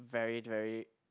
very very